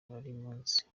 burimunsi